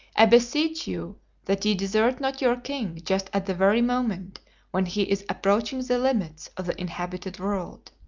i beseech you that ye desert not your king just at the very moment when he is approaching the limits of the inhabited world.